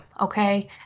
okay